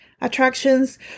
attractions